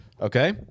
Okay